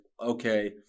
okay